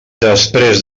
després